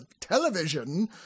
television